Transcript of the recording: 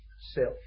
Self